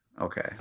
Okay